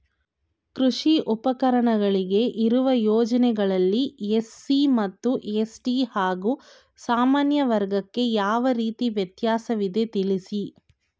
ಕೃಷಿ ಉಪಕರಣಗಳಿಗೆ ಇರುವ ಯೋಜನೆಗಳಲ್ಲಿ ಎಸ್.ಸಿ ಮತ್ತು ಎಸ್.ಟಿ ಹಾಗೂ ಸಾಮಾನ್ಯ ವರ್ಗಕ್ಕೆ ಯಾವ ರೀತಿ ವ್ಯತ್ಯಾಸವಿದೆ ತಿಳಿಸಿ?